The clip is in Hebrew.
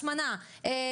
השמנה,